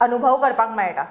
अनुभव करपाक मेळटा